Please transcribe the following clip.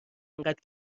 اینقدر